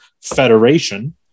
Federation